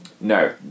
No